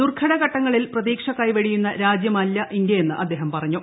ദുർഘട ഘട്ടങ്ങളിൽ പ്രതീക്ഷ കൈവെടിയുന്ന രാജ്യമല്ല ഇന്ത്യയെന്ന് അദ്ദേഹം പറഞ്ഞു